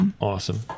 Awesome